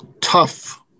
tough